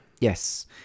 yes